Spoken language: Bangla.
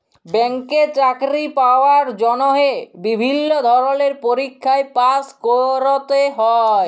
ব্যাংকে চাকরি পাওয়ার জন্হে বিভিল্য ধরলের পরীক্ষায় পাস্ ক্যরতে হ্যয়